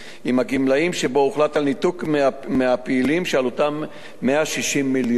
שבו הוחלט על ניתוק מהפעילים שעלותם 160 מיליון,